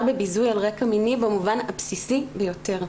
בביזוי על רקע מיני במובן הבסיסי ביותר.